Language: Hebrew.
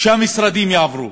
שהמשרדים יעבירו?